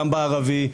גם במגזר הערבי,